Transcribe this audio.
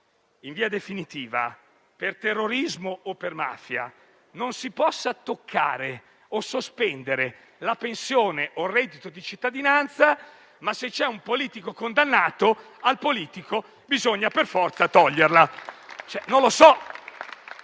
in via definitiva per terrorismo o per mafia non si può toccare o sospendere la pensione o il reddito di cittadinanza; ma se c'è un politico condannato, a lui bisogna per forza toglierla.